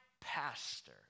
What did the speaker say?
pastor